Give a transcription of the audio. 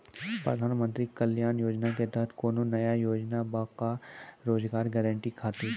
प्रधानमंत्री कल्याण योजना के तहत कोनो नया योजना बा का रोजगार गारंटी खातिर?